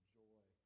joy